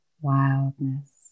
wildness